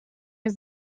his